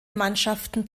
mannschaften